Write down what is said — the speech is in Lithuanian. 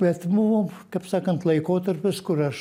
bet nu kaip sakant laikotarpis kur aš